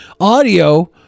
audio